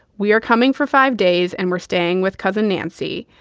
we are coming for five days and we're staying with cousin nancy.